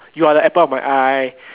you are the apple of my eye